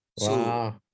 Wow